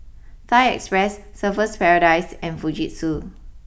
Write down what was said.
Thai Express Surfer's Paradise and Fujitsu